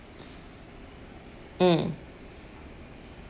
mm